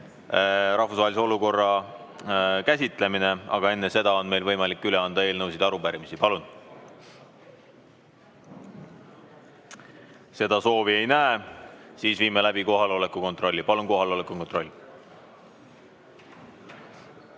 rahvusvahelise olukorra käsitlemine, aga enne seda on võimalik üle anda eelnõusid ja arupärimisi. Palun! Seda soovi ei näe. Siis viime läbi kohaloleku kontrolli. Palun kohaloleku kontroll!